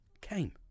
came